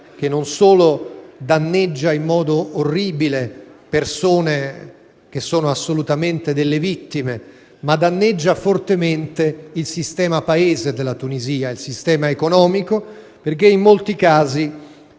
che non solo danneggia in modo orribile persone, che sono assolutamente delle vittime, ma danneggia fortemente il sistema Paese della Tunisia, il sistema economico, perché in molti casi